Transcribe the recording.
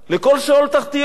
לכל שאול תחתיות.